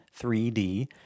3D